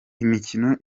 imikino